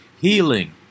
healing